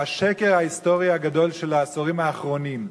שהשקר ההיסטורי הגדול של העשורים האחרונים,